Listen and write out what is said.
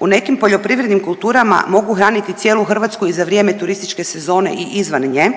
u nekim poljoprivrednim kulturama mogu hraniti cijelu Hrvatsku i za vrijeme turističke sezone i izvan nje